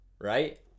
right